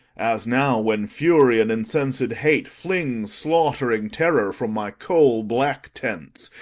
as now when fury and incensed hate flings slaughtering terror from my coal-black tents,